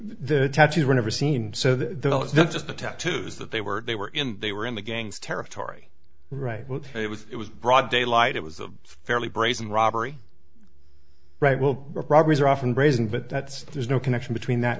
the tattoos were never seen so that's not just the tattoos that they were they were in they were in the gangs territory right well it was it was broad daylight it was a fairly brazen robbery right well robberies are often brazen but that's there's no connection between that